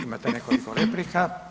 Imate nekoliko replika.